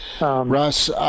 Russ